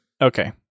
Okay